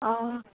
অঁ